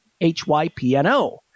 H-Y-P-N-O